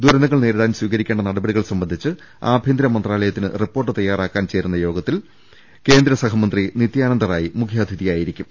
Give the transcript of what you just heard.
ദുരന്തങ്ങൾ നേരിടാൻ സ്വീകരിക്കേണ്ട നടപടികൾ സംബന്ധിച്ച് ആഭ്യ ന്തര മന്ത്രാലയത്തിന് റിപ്പോർട്ട് തയ്യാറാക്കാൻ ചേരുന്നയോഗത്തിൽ കേന്ദ്ര സഹമന്ത്രി നിത്യാനന്ദ റായ് മുഖ്യാതിഥിയായിരിക്കും